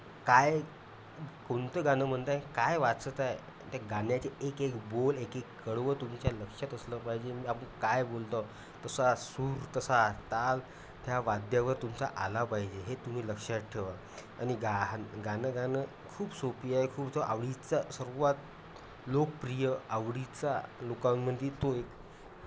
काय कोणतं गाणं म्हणत आहे काय वाजतं आहे त्या गाण्याचे एक एक बोल एक एक कडवं तुमच्या लक्षात असलं पाहिजे मी आप काय बोलतो तसा सूर तसा ताल त्या वाद्यावर तुमचा आला पाहिजे हे तुम्ही लक्षात ठेवा आणि गाणं गाणं गाणं खूप सोपी आहे खूप तो आवडीचा सर्वात लोकप्रिय आवडीचा लोकांमध्ये तो एक